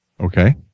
Okay